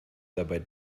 dabei